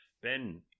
Ben